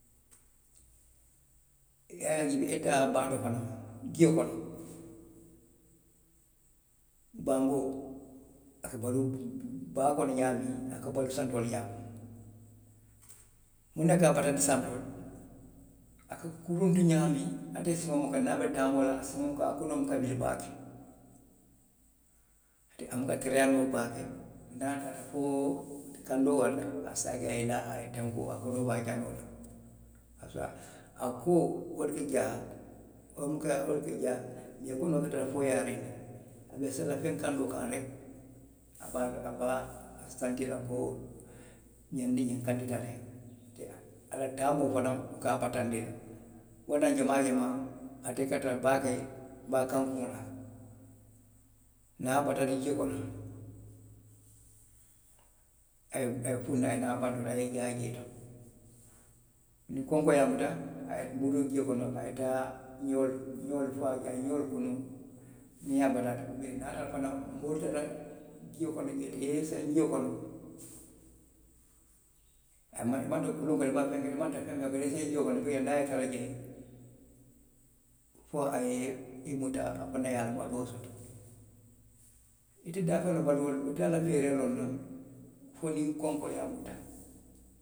I ye taa baa to fanaŋ, jio kon. banboo. a kabaluu baa kono ňaamaiŋ, a ka baluu santo wo ňaama. Muŋ ne ka a funtandi santo. a ka kuruntu ňaamiŋ. ate siŋo buka, a konoo buka deeba baake. a buka tariyaa noo baake. niŋ a taata fo kandoo warata, i se a je, a ye naa, a ye tenkuŋ, a baloo be a janoo la. A koo, wo le ka jaa. a koo wo le ka jaa. bari konoo ka tara fooyaariŋ ne. niŋ a seleta feŋ kandoo kaŋ reki. a be a, a be a santiri la le ko, ňiŋ de ňiŋ kandita le. a la taamoo fanaŋ ka a bataandi, wo le ye tinna a te ka tara baake baa kankuŋo la. Niŋ a batata jio kono, a ye, a ye funtinaŋ, a ye naa bantooto a ye i jaa jee to. niŋ konoo ye a muta, a ye muruu jio kono, a ye taa ňeolu, ňeolu faa, ka ňeolu domo. niŋ a bataata, niŋ a ye a tara fanaŋ, moo taata jio kono jee, i ye i seŋ jio kono, i maŋ tara feŋ woo feŋ na, i ye i seŋ jio kono, niŋ a ye i tara jee, fo a ye i muta. a fanaŋ ye a la baluo soto. ite daafeŋo la baluo loŋ na, ite ala ereeroo loŋ na fo niŋ konkoo ye a muta.